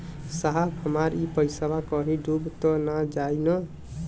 साहब हमार इ पइसवा कहि डूब त ना जाई न?